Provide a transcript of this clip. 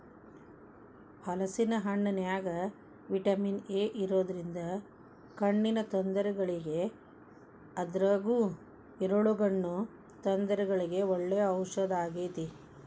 ಹಲೇಸಿನ ಹಣ್ಣಿನ್ಯಾಗ vitamin A ಇರೋದ್ರಿಂದ ಕಣ್ಣಿನ ತೊಂದರೆಗಳಿಗೆ ಅದ್ರಗೂ ಇರುಳುಗಣ್ಣು ತೊಂದರೆಗಳಿಗೆ ಒಳ್ಳೆ ಔಷದಾಗೇತಿ